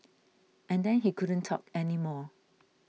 and then he couldn't talk anymore